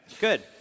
Good